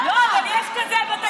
אינו נוכח דסטה גדי יברקן,